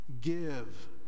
Give